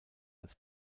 als